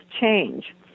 change